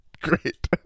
Great